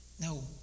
No